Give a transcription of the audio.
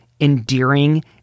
endearing